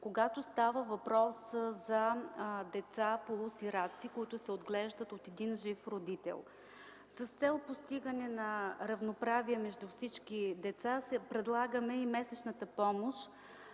когато става въпрос за деца полусираци, отглеждани от един жив родител. С цел постигане на равноправие между всички деца, предлагаме месечна помощ